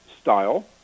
style